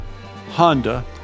Honda